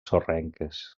sorrenques